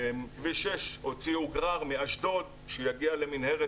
כביש 6 הוציאו גרר מאשדוד שיגיע למנהרת